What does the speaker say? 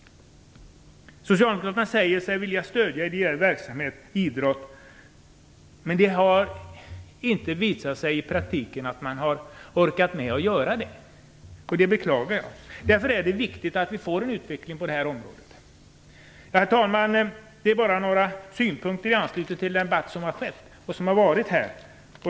Socialdemokraterna säger sig vilja stödja ideell verksamhet och idrott, men det har i praktiken visat sig att man inte har orkat göra det. Det beklagar jag. Därför är det viktigt att vi får en utveckling på detta område. Herr talman! Det här var några synpunkter i anslutning till den debatt som har varit här.